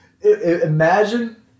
Imagine